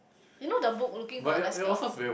you know the book looking for Alaska